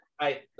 hi